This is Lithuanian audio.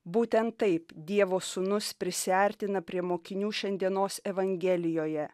būtent taip dievo sūnus prisiartina prie mokinių šiandienos evangelijoje